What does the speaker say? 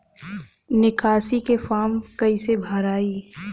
निकासी के फार्म कईसे भराई?